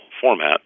format